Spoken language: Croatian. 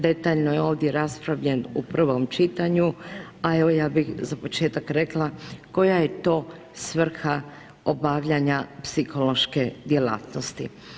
Detaljno je ovdje raspravljen u prvom čitanju, a evo, ja bih za početak rekla, koja je to svrha obavljanja psihološke djelatnosti.